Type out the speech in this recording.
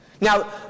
Now